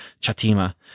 Chatima